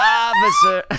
officer